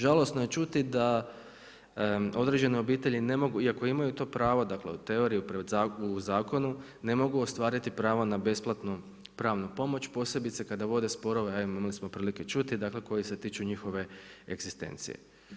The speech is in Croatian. Žalosno je čuti da određene obitelji ne mogu, iako imaju to pravo, dakle u teoriji u zakonu ne mogu ostvariti pravo na besplatnu pravnu pomoć posebice kada vode sporove, a imali smo prilike čuti, dakle koji se tiču njihove egzistencije.